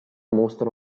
mostra